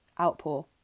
outpour